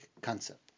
concept